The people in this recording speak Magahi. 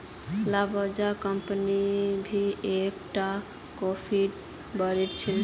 लावाजा कम्पनी भी एक टा कोफीर ब्रांड छे